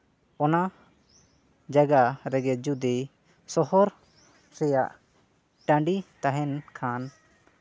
ᱚᱱᱟ ᱡᱟᱭᱜᱟ ᱨᱮᱜᱮ ᱡᱩᱫᱤ ᱥᱚᱦᱚᱨ ᱥᱮᱭᱟᱜ ᱴᱟᱺᱰᱤ ᱛᱟᱦᱮᱱ ᱠᱷᱟᱱ